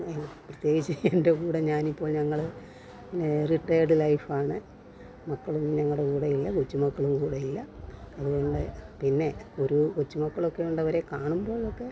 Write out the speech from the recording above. അത് പ്രത്യേകിച്ച് എൻ്റെ കൂടെ ഞാനിപ്പോൾ ഞങ്ങൾ റിട്ടേഡ് ലൈഫ് ആണ് മക്കളൊന്നും ഞങ്ങളുടെ കൂടെ ഇല്ല കൊച്ചുമക്കളും കൂടെയില്ല അത്കൊണ്ട് പിന്നെ ഒരു കൊച്ചുമക്കളൊക്കെ ഉള്ളവരെ കാണുമ്പോഴൊക്കെ